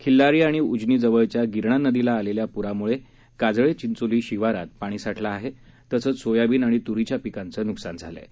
खिल्लारी आणि उजनी जवळच्या गिरणा नदीला आलेल्या प्राम्ळे काजळे चिंचोली शिवारात पाणी साठलं आहे तसंच सोयाबीन आणि तुरीच्या पिकांचं नुकसान झालं आहे